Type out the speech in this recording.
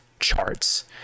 Charts